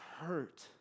hurt